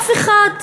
אף אחד,